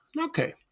Okay